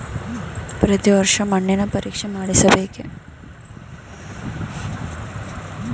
ಪ್ರತಿ ವರ್ಷ ಮಣ್ಣಿನ ಪರೀಕ್ಷೆ ಮಾಡಿಸಬೇಕೇ?